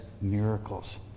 miracles